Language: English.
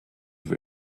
have